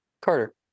Carter